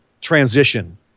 transition